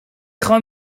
خوام